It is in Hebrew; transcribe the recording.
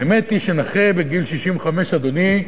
האמת היא שנכה בגיל 65, אדוני,